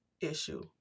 issue